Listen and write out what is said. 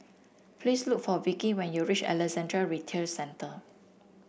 please look for Vikki when you reach Alexandra Retail Centre